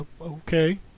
Okay